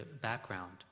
background